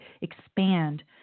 expand